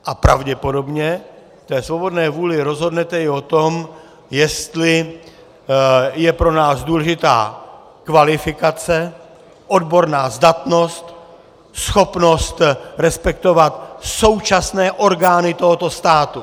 A pravděpodobně v té svobodné vůli rozhodnete i o tom, jestli je pro nás důležitá kvalifikace, odborná zdatnost, schopnost respektovat současné orgány tohoto státu.